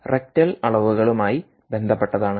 എല്ലാം റെക്ടൽ അളവുകളുമായി ബന്ധപ്പെട്ടതാണ്